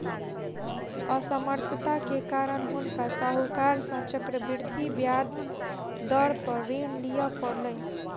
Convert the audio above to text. असमर्थता के कारण हुनका साहूकार सॅ चक्रवृद्धि ब्याज दर पर ऋण लिअ पड़लैन